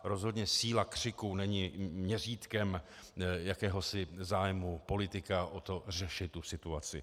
Rozhodně síla křiku není měřítkem jakéhosi zájmu politika o to řešit situaci.